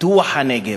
"פיתוח הנגב".